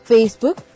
Facebook